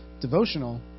devotional